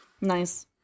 Nice